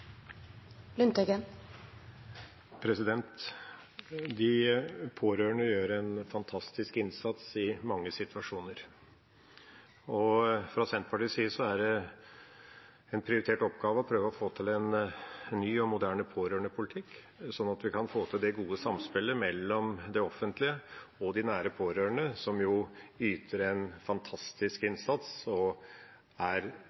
kunnskapsministeren om. De pårørende gjør en fantastisk innsats i mange situasjoner. Fra Senterpartiets side er det en prioritert oppgave å prøve å få til en ny og moderne pårørendepolitikk, sånn at vi kan få til det gode samspillet mellom det offentlige og de nære pårørende, som jo yter en fantastisk innsats og er